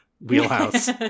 wheelhouse